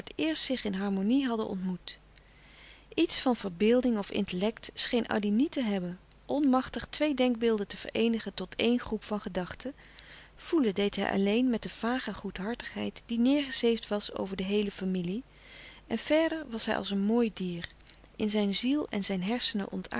eerst zich in harmonie hadden ontmoet iets van verbeelding of intellect scheen addy louis couperus de stille kracht niet te hebben onmachtig twee denkbeelden te vereenigen tot éen groep van gedachte voelen deed hij alleen met de vage goedhartigheid die neêrgezeefd was over de héele familie en verder was hij als een mooi dier in zijn ziel en zijn hersenen